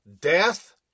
death